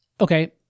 okay